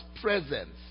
presence